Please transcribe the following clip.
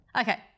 Okay